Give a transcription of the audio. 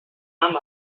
amb